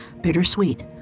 Bittersweet